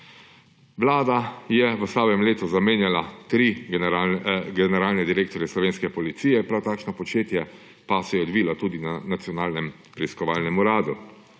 Vlada je v slabem letu zamenjala tri generalne direktorje slovenske policije, prav takšno početje pa se je odvilo tudi na Nacionalnem preiskovalnem uradu.